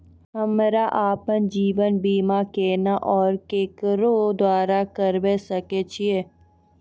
हमरा आपन जीवन बीमा केना और केकरो द्वारा करबै सकै छिये?